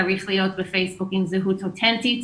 צריך להיות בפייסבוק עם זהות אותנטית,